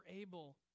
able